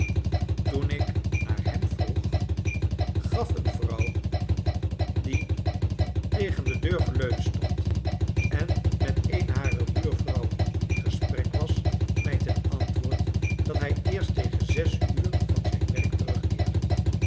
toen ik naar hem vroeg gaf een vrouw die tegen de deur geleund stond en met een harer buurvrouwen in gesprek was mij ten antwoord dat hij eerst tegen zes uur van zijn werk terugkeerde